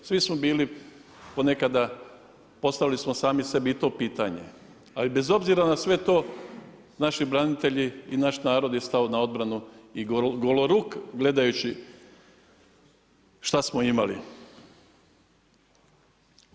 Svi smo bili ponekada postavili smo sami sebi i to pitanje, ali bez obzira na sve to naši branitelji i naš narod je stao na odbranu i goloruk gledajući što smo imali.